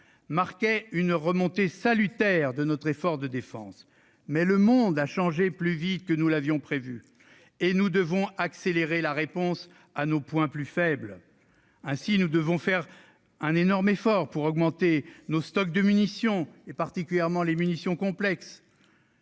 marquait une remontée salutaire de notre effort de défense. Mais le monde a changé plus vite que nous ne l'avions prévu et nous devons accélérer la réponse au sujet de nos points plus faibles. Ainsi, nous devons faire un énorme effort pour augmenter nos stocks de munitions, en particulier de munitions complexes.